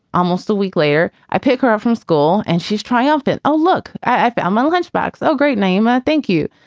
almost a week later. i pick her up from school and she's triumphant. oh, look, i found one lunchbox. oh, great name. ah thank you.